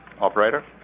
Operator